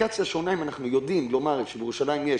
האינדיקציה שונה אם אנחנו יודעים לומר שבירושלים יש